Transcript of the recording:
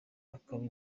ababa